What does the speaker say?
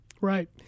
Right